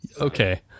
Okay